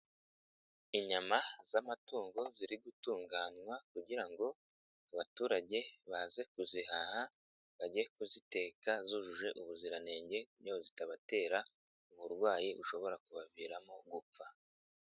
Inyama z'amatungo ziri gutunganywa kugira ngo abaturage baze kuzihaha bajye kuziteka zujuje ubuziranenge kugira ngo zitabatera uburwayi bushobora kubaviramo gupfa.